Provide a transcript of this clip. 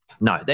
No